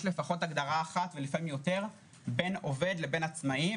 יש לפחות הגדרה אחת ולפעמים יותר בין עובד לבין עצמאי.